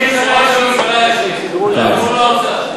רוצים שראש הממשלה, הוא קשור לאוצר.